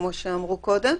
כמו שאמרו קודם.